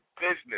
business